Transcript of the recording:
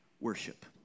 worship